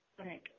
right